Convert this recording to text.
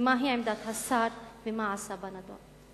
ומהי עמדת השר ומה עשה בנדון?